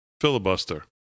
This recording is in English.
filibuster